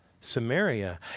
Samaria